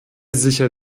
sicher